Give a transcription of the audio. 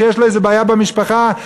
שיש לו בעיה במשפחה,